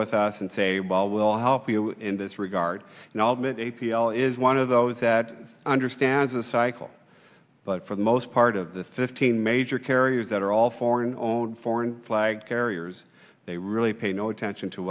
with us and say well we'll help you in this regard and i'll admit a p l is one of those that understands the cycle but for the most part of the fifteen major carriers that are all foreign owned foreign flag carriers they really pay no attention to